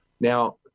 Now